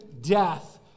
death